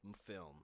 film